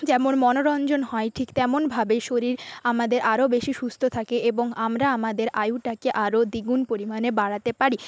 যেমন মনোরঞ্জন হয় ঠিক তেমনভাবে শরীর আমাদের আরও বেশি সুস্থ থাকে এবং আমরা আমাদের আয়ুটাকে আরও দ্বিগুণ পরিমাণে বাড়াতে পারি